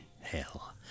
hell